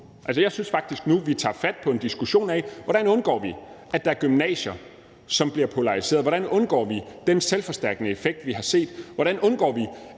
Jeg synes faktisk, at vi nu tager fat på en diskussion af, hvordan vi undgår, at der er gymnasier, som bliver polariseret, hvordan vi undgår den selvforstærkende effekt, vi har set, hvordan vi undgår,